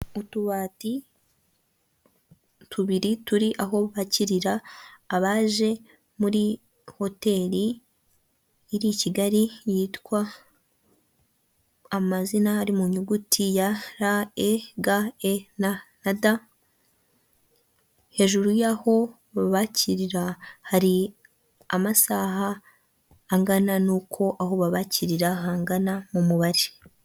Utubati tubiri turi aho bakirira abaje muri hoteli iri Kigali yitwa amazina ari mu nyuguti ya ra e ga e na da, hejuru y'aho babakirira hari amasaha angana nuko aho babakirira hangana mu mubare.